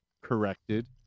corrected